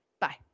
Bye